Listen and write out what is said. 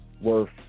Worth